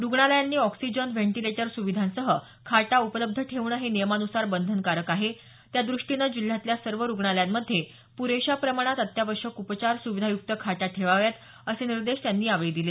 रुग्णालयांनी oxygen ventilator सुविधांसह खाटा उपलब्ध ठेवणं हे नियमानुसार बंधनकारक आहे त्या दृष्टीने जिल्ह्यातल्या सर्व रुग्णालयांमध्ये प्रेशा प्रमाणात अत्यावश्यक उपचार सुविधायुक्त खाटा ठेवाव्यात असे निर्देश त्यांनी यावेळी दिले